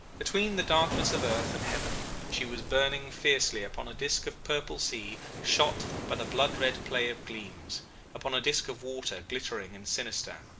between the darkness of earth and heaven she was burning fiercely upon a disc of purple sea shot by the blood-red play of gleams upon a disc of water glittering and sinister.